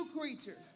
creature